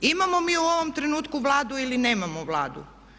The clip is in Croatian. Imamo mi u ovom trenutku Vladu ili nemamo Vladu?